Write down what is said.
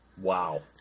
Wow